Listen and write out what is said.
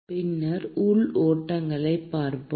பின்னர் உள் ஓட்டங்களைப் பார்ப்போம்